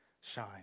shine